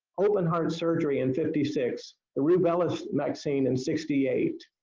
open heart surgery in fifty six, the rubella so vaccine in sixty eight.